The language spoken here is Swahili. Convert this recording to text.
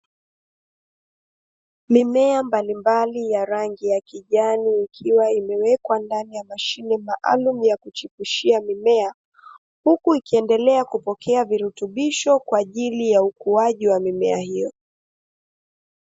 Mimea mbalimbali ya rangi ya kijani ikiwa imewekwa ndani ya mashine maalumu ya kuchipushia mimea, Huku ikiendelea kupokea virutubisho kwaajili ya ukuaji wa mimea hiyo.